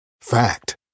Fact